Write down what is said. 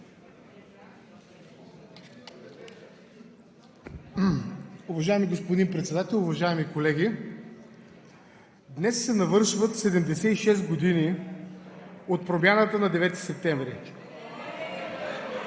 Уважаеми господин Председател, уважаеми колеги! Днес се навършват 76 години от промяната на 9 септември.